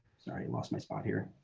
sorry lost my spot here.